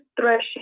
threshing